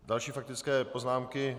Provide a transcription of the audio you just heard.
Další faktické poznámky?